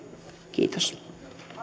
kiitos